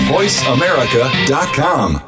VoiceAmerica.com